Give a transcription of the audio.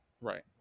Right